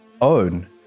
own